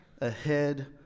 ahead